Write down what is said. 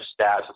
stats